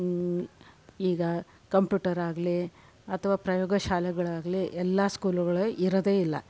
ಈಗ ಕಂಪ್ಯೂಟರಾಗಲಿ ಅಥವಾ ಪ್ರಯೋಗ ಶಾಲೆಗಳಾಗಲಿ ಎಲ್ಲ ಸ್ಕೂಲುಗಳಲ್ಲಿ ಇರೋದೇ ಇಲ್ಲ